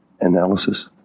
analysis